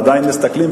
עדיין מסתכלים,